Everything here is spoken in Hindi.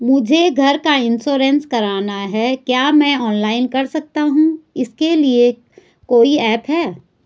मुझे घर का इन्श्योरेंस करवाना है क्या मैं ऑनलाइन कर सकता हूँ इसके लिए कोई ऐप है?